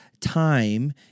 time